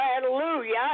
hallelujah